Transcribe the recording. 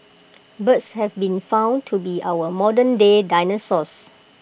birds have been found to be our modernday dinosaurs